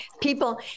people